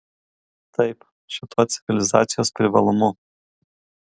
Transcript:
taip šituo civilizacijos privalumu